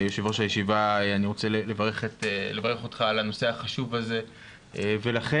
אני רוצה לברך אותך על הנושא החשוב הזה ולכם,